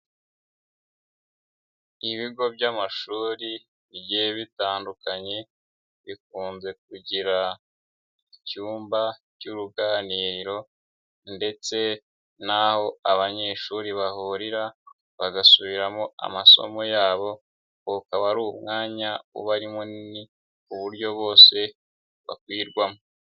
Ibigo by'amashuri bigiye bitandukanye bikunze kugira icyumba cy'uruganiriro ndetse n'aho abanyeshuri bahurira bagasubiramo amasomo yabo, uwo ukaba ari umwanya uba ari munini ku buryo bose bakwirwamo.